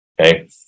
okay